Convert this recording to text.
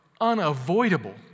unavoidable